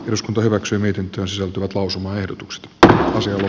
eduskunta hyväksyi mietintönsä lausumaehdotuksen että asioille